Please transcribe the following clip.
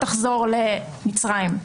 תחזרו למצרים.